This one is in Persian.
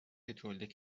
تولید